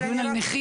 דיון על נכים.